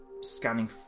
scanning